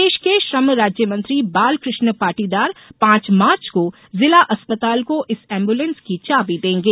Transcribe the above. प्रदेश के श्रम राज्यमंत्री बालकृष्ण पाटीदार पांच मार्च को जिला अस्पताल को इस एम्बुलेंस की चाबी देंगे